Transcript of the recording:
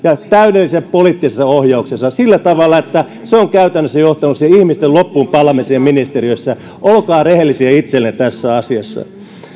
ja täydellisessä poliittisessa ohjauksessa sillä tavalla että se on käytännössä johtanut ihmisten loppuunpalamiseen ministeriössä olkaa rehellisiä itsellenne tässä asiassa